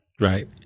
Right